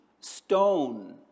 stone